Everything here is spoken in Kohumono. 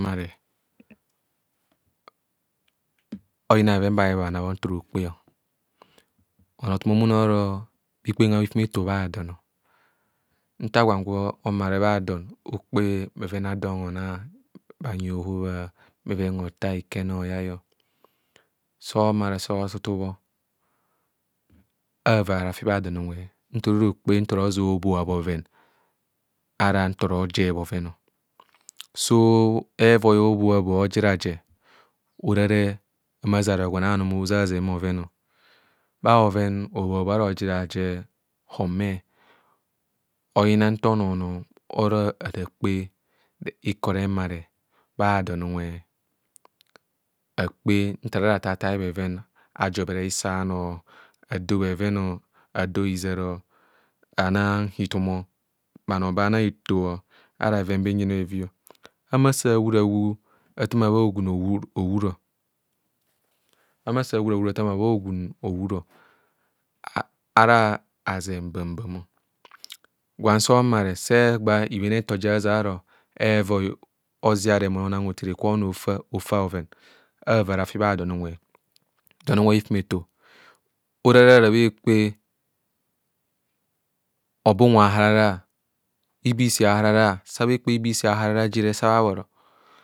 Nta gwan oso omare, oyina bheven babhebhana nta ora okpe. Onoothum a humono oro bhikpenga bhifumeto bha don ọ. Nta gwan gwe omare bha don okpe bheven a dọn honar, bhanyi hohobha, bheven hothar, ikene hoyai ọ. So omare, so otutu bho avaa ara fibha dọn unwe nta oro okjie nta ora ozeng obhoa bhoven o araa nta ora oʒen ojer bhoven o. So sa evoi obhoa bhoa, ojer a rejer, ora re ahumo ara azen aro gwan anum ozezang bhoven. Bha bhoven hobhabhoa ara hojer rafer họmẹ o. Oyina nta ọnọ-họ-ọnọ ora oro okpe ikoremere bha don unwe, akoe nta ara thaathai bheven o, ajobhere hisi a bhanoo, ado bhoven o, ado hiʒaro, anang hithum, bhano o ba bhang eto, ars bhoven benjeng bhevi. Huma sa hura hu athaama bha hogun hohiro. Hamasa hura hur athaama bha hogunhohuro, ara aʒen bambạạm o. Gwan so omare sa eegba ibhen aeto ja aʒen aro evoi oʒia remou ona hothene kwe ano bhafa, ofa bhoven avaa ara fi bha don unwe don unwe a hifimeto ora nta ara bhekpe, hobo unwe a bhaharara, ibiisi abhahara. Sa bhe ekpe ibiisi je re bhabhoro.